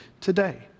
today